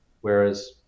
whereas